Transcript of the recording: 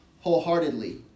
wholeheartedly